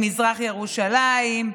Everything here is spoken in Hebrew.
במזרח ירושלים,